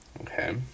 Okay